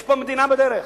יש פה מדינה בדרך.